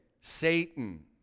Satan